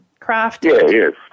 crafted